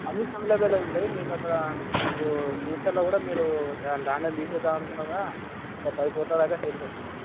అన్నీ అవైలబులే ఉంటాయి మీకు అక్కడ ఇప్పుడు ఫ్యూచర్లో కూడా మీరు ల్యాండ్ అని తీసేద్దాము అనుకున్నా కూడా ఒక పది కోట్ల దాకా చేతికి వస్తాయి మీకు